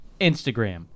Instagram